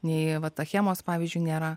nei vat achemos pavyzdžiui nėra